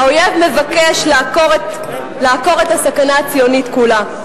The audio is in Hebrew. האויב מבקש לעקור את הסכנה הציונית כולה.